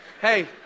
Hey